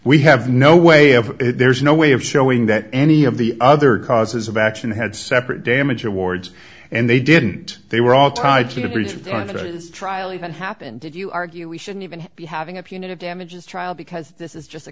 we have no way of there's no way of showing that any of the other causes of action had separate damage awards and they didn't they were all tied to the trial that happened did you argue we shouldn't even be having a punitive damages trial because this is just a